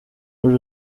muri